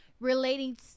relating